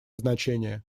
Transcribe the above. значение